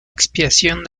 expiación